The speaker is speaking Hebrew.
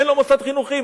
אין לו מוסד חינוכי,